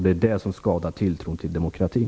Det är det som skadar tilltron till demokratin.